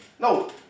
No